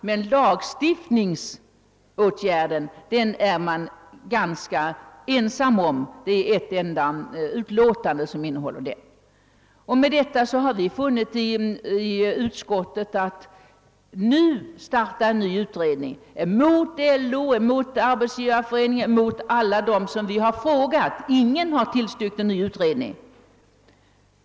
Men förslaget om lagstiftningsåtgärder är motionärerna ganska ensamma om — det är ett enda remissvar som innehåller ett sådant förslag. Vi har i utskottet funnit att man inte nu bör starta en utredning, när LO, Arbetsgivareföreningen och de flesta andra som vi har tillfrågat inte har tillstyrkt en ny utredning.